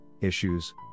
issues